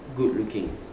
good looking